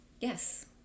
yes